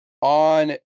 On